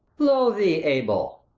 lo thee, abel!